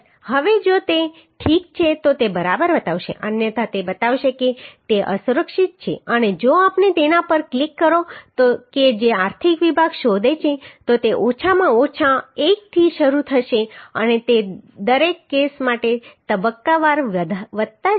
હવે જો તે ઠીક છે તો તે બરાબર બતાવશે અન્યથા તે બતાવશે કે તે અસુરક્ષિત છે અને જો આપણે તેના પર ક્લિક કરો કે જે આર્થિક વિભાગ શોધે છે તો તે ઓછામાં ઓછા એકથી શરૂ થશે અને તે દરેક કેસ માટે તબક્કાવાર વધતા જશે